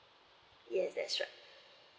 yes that's right